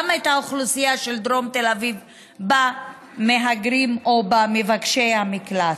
גם את האוכלוסייה של דרום תל אביב במהגרים או במבקשי המקלט.